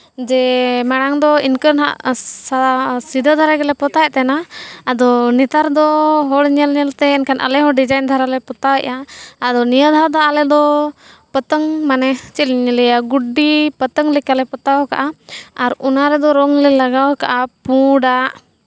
ᱡᱮ ᱢᱟᱲᱟᱝ ᱫᱚ ᱤᱱᱠᱟᱹ ᱦᱟᱸᱜ ᱥᱤᱫᱟᱹ ᱫᱷᱟᱨᱟ ᱜᱮᱞᱮ ᱯᱚᱛᱟᱣᱮᱫ ᱛᱟᱦᱮᱱᱟ ᱟᱫᱚ ᱱᱮᱛᱟᱨ ᱫᱚ ᱦᱚᱲ ᱧᱮᱞ ᱧᱮᱞᱛᱮ ᱟᱞᱮᱦᱚᱸ ᱰᱤᱡᱟᱭᱤᱱ ᱫᱷᱟᱨᱟ ᱞᱮ ᱯᱚᱛᱟᱣᱮᱜᱼᱟ ᱟᱫᱚ ᱱᱤᱭᱟᱹ ᱫᱷᱟᱣ ᱫᱚ ᱟᱞᱮ ᱫᱚ ᱯᱨᱚᱛᱷᱚᱢ ᱢᱟᱱᱮ ᱪᱮᱫ ᱤᱧ ᱞᱟᱹᱭᱟ ᱜᱩᱰᱰᱤ ᱯᱚᱛᱚᱝ ᱞᱮᱠᱟᱞᱮ ᱯᱚᱛᱟᱣ ᱠᱟᱜᱼᱟ ᱟᱨ ᱚᱱᱟ ᱨᱮᱫᱚ ᱨᱚᱝ ᱞᱮ ᱞᱟᱜᱟᱣ ᱠᱟᱜᱼᱟ ᱯᱩᱸᱰᱟᱜ